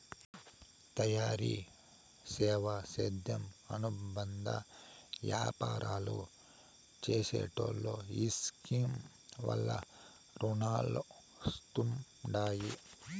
తయారీ, సేవా, సేద్యం అనుబంద యాపారాలు చేసెటోల్లో ఈ స్కీమ్ వల్ల రునాలొస్తండాయి